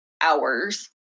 hours